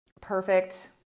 perfect